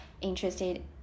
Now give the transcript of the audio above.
interested